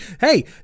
hey